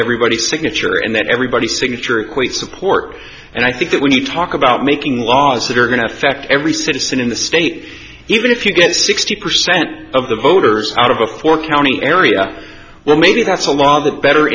everybody signature and that everybody signature equates support and i think that when you talk about making laws that are going to affect every citizen in the state even if you get sixty percent of the voters out of a four county area well maybe that's a lot of the better